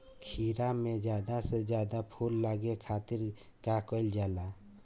खीरा मे ज्यादा से ज्यादा फूल लगे खातीर का कईल जाला?